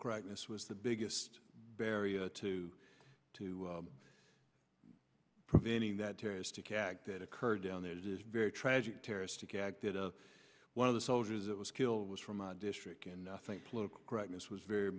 correctness was the biggest barrier to to preventing that terrorist attack that occurred down there that is very tragic terroristic act that of one of the soldiers that was killed was from a district and i think political correctness was very